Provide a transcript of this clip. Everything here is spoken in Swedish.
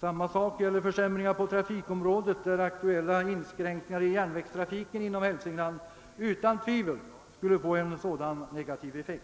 Samma sak gäller försämringar på trafikområdet, där aktuella inskränkningar i järnvägstrafiken inom Hälsingland utan tvivel skulle få negativa verkningar.